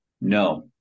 no